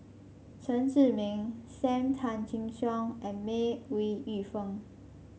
Chen Zhiming Sam Tan Chin Siong and May Ooi Yu Fen